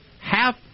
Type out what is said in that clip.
half